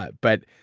but but,